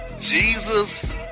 Jesus